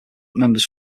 members